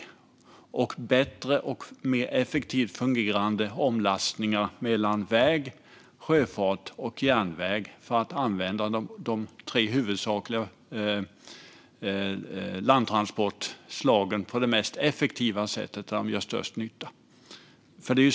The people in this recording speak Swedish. Det gäller även bättre och mer effektivt fungerande omlastningar mellan väg, sjöfart och järnväg för att använda de tre huvudsakliga landtransportslagen på det mest effektiva sättet där de gör störst nytta.